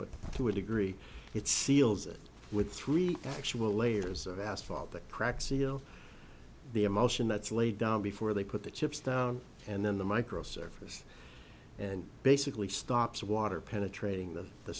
but to a degree it seals it with three actual layers of asphalt that cracks feel the emotion that's laid down before they put the chips down and then the micro surface and basically stops water penetrating the